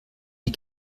die